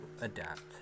adapt